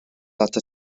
atat